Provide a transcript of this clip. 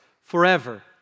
forever